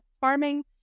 farming